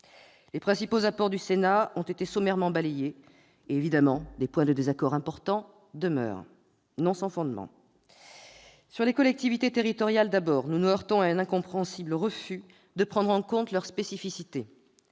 Les principaux apports du Sénat ont été sommairement balayés et, évidemment, des points de désaccord importants demeurent, non sans fondement. Sur les collectivités territoriales, d'abord, nous nous heurtons à un incompréhensible refus de prendre en compte leurs spécificités.